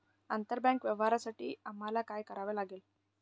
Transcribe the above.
आंतरबँक व्यवहारांसाठी आम्हाला काय करावे लागेल?